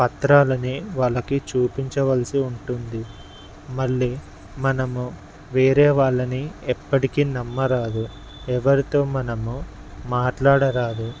పత్రాలని వాళ్ళకి చూపించవలసి ఉంటుంది మళ్ళీ మనము వేరే వాళ్ళని ఎప్పటికీ నమ్మరాదు ఎవరితో మనము మాట్లాడరాదు